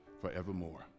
forevermore